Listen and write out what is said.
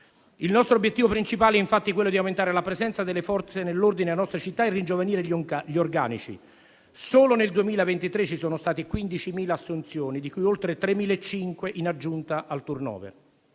Il nostro obiettivo principale è infatti quello di aumentare la presenza delle Forze dell'ordine nelle nostre città e ringiovanire gli organici. Solo nel 2023 ci sono state 15.000 assunzioni, di cui oltre 3.500 in aggiunta al *turnover*.